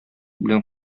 белән